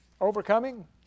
Overcoming